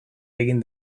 egin